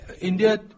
India